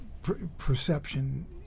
perception